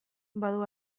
badu